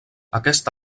aquest